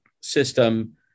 system